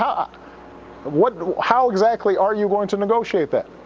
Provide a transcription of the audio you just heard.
ah what how exactly are you going to negotiate that?